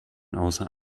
außer